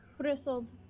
bristled